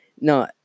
No